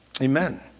Amen